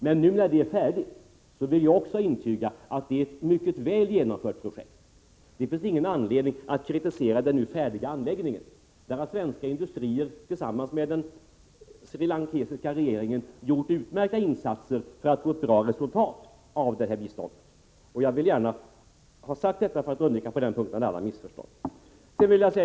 Men nu när projektet är färdigt vill också jag intyga att det är ett väl genomfört projekt. Det finns ingen anledning att kritisera den nu färdiga anläggningen, där svenska industrier tillsammans med den srilankesiska regeringen gjort utmärkta insatser för att nå ett bra resultat. Det vill jag gärna ha sagt för att på den punkten undvika alla missförstånd.